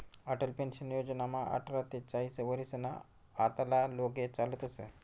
Atal pension योजनामा आठरा ते चाईस वरीसना आतला लोके चालतस